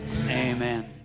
amen